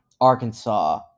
Arkansas